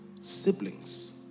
siblings